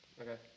Okay